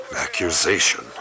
accusation